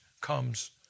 comes